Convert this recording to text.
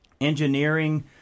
engineering